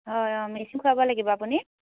হয় অঁ মেডিচিন খুৱাব লাগিব আপুনি